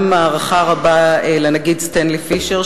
גם הערכה רבה לנגיד סטנלי פישר,